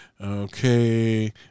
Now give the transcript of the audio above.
Okay